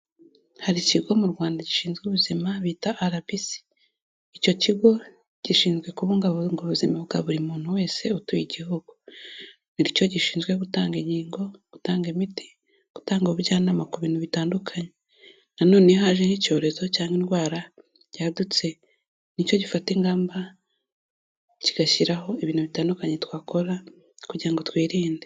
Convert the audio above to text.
Hari Ikigo mu Rwanda gishinzwe ubuzima bita RBC, icyo kigo gishinzwe kubungabunga ubuzima bwa buri muntu wese utuye igihugu. Ni cyo gishinzwe gutanga inkingo, gutanga imiti, gutanga ubujyanama ku bintu bitandukanye. Na none iyo haje nk'icyorezo cyangwa indwara yadutse, ni cyo gifata ingamba kigashyiraho ibintu bitandukanye twakora kugira ngo twirinde.